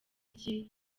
iki